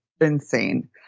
insane